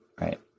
Right